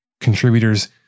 contributors